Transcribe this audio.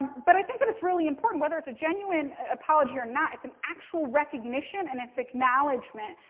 but i think that it's really important, whether it's a genuine apology or not, it's an actual recognition, and it's acknowledgment,